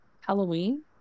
Halloween